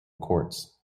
courts